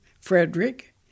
Frederick